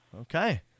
Okay